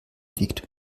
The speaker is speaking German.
wiegt